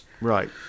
Right